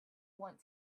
want